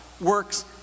works